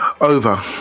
over